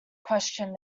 questioned